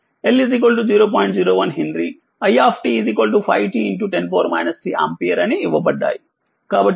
01 henry i 5t e 10t ampere అని ఇవ్వబడ్డాయి